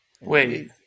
Wait